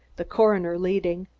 the coroner leading.